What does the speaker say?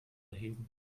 erheben